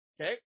Okay